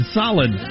solid